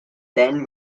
then